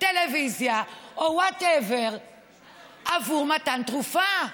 טלוויזיה או whatever עבור מתן תרופה.